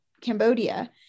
Cambodia